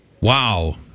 Wow